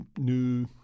new